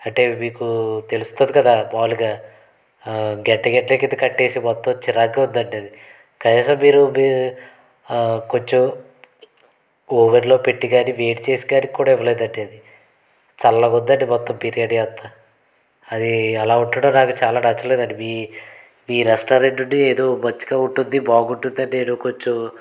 అంటే మీకు తెలుస్తుంది కదా మామూలుగా గడ్ల గట్ల కింద కట్టేసి మొత్తం చిరాగ్గా ఉందండి కనీసం మీరు మీ కొంచెం ఓవెన్లో పెట్టి కానీ వేడి చేసి కానీ కూడా ఇవ్వలేదండి చల్లగా ఉందండి మొత్తం బిర్యానీ అంతా అది అలా ఉండడం నాకు చాలా నచ్చలేదండి మీ రెస్టారెంట్ నుండి ఏదో మంచిగా ఉంటుంది బాగుంటుందని కొంచెం